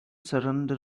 surrender